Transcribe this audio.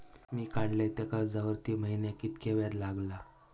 मी काडलय त्या कर्जावरती महिन्याक कीतक्या व्याज लागला?